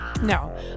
No